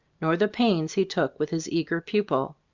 nor the pains he took with his eager pupil.